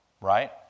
Right